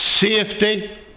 Safety